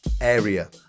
area